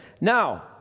Now